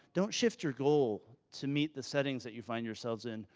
don't shift your goal to meet the settings that you find yourself in.